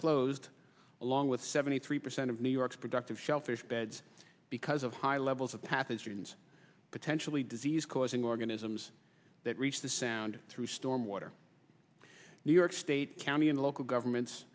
closed along with seventy three percent of new york's productive shellfish beds because of high levels of pathogens potentially disease causing organisms that reach the sound through storm water new york state county and local governments